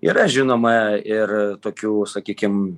yra žinoma ir tokių sakykim